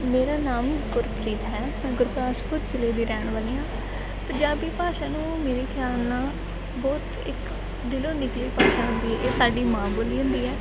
ਮੇਰਾ ਨਾਮ ਗੁਰਪ੍ਰੀਤ ਹੈ ਮੈਂ ਗੁਰਦਾਸਪੁਰ ਜ਼ਿਲ੍ਹੇ ਦੀ ਰਹਿਣ ਵਾਲੀ ਹਾਂ ਪੰਜਾਬੀ ਭਾਸ਼ਾ ਨੂੰ ਮੇਰੇ ਖਿਆਲ ਨਾਲ ਬਹੁਤ ਇੱਕ ਦਿਲੋਂ ਨਿੱਜੀ ਭਾਸ਼ਾ ਹੁੰਦੀ ਹੈ ਇਹ ਸਾਡੀ ਮਾਂ ਬੋਲੀ ਹੁੰਦੀ ਹੈ